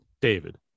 David